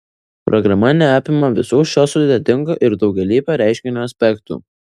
programa neapima visų šio sudėtingo ir daugialypio reiškinio aspektų